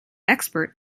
expert